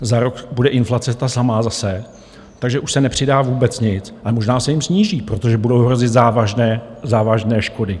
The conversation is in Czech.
Za rok bude inflace ta samá zase, takže už se nepřidá vůbec nic, ale možná se jim sníží, protože budou hrozit závažné, závažné škody.